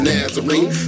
Nazarene